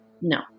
No